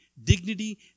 dignity